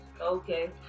Okay